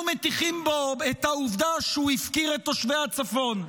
מטיחים בו את העובדה שהוא הפקיר את תושבי הצפון.